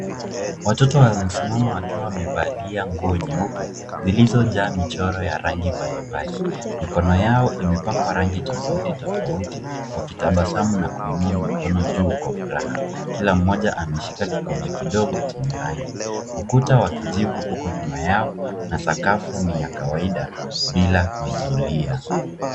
Watoto wanasimama wakiwa wamevalia nguo nyeupe zilizojaa michoro ya rangi mbalimbali. Mikono yao imepakwa rangi tofauti tofauti wakitabasamu na kuinua mikono juu kwa furaha. Kila mmoja ameshika kikombe kidogo chenye rangi. Ukuta wa kijivu uko nyuma yao na sakafu ni ya kawaida bila mazulia.